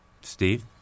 steve